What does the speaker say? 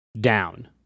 down